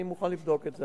אני מוכן לבדוק את זה.